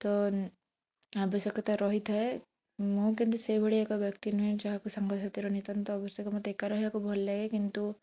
ତ ଆବଶ୍ୟକତା ରହିଥାଏ ମୁଁ କିନ୍ତୁ ସେଇଭଳି ଏକ ବ୍ୟକ୍ତି ନୁହେଁ ଯାହାକୁ ସାଙ୍ଗସାଥୀର ନିତାନ୍ତ ଆବଶ୍ୟକ ମୋତେ ଏକା ରହିବାକୁ ଭଲ ଲାଗେ କିନ୍ତୁ